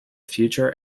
future